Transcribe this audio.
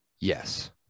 yes